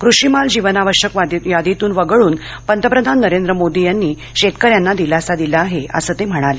कृषीमाल जीवनाश्यक यादीतून वगळून पंतप्रधान नरेंद्र मोदी यांनी शेतकऱ्यांना दिलासा दिला आहे असं ते म्हणाले